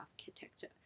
architecture